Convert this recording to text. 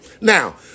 Now